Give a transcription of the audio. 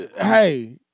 hey